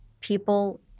people